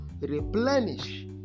replenish